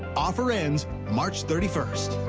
offer ends march thirty first.